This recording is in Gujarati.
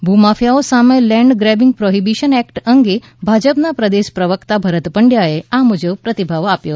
ભૂમાફિયાઓ સામે લેન્ડ ગ્રેબીંગ પ્રોબહિબીશન એક્ટ અંગે ભાજપના પ્રદેશ પ્રવક્તા ભરત પંડ્યાએ આ મુજબ પ્રતિભાવ આપ્યો